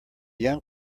young